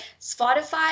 spotify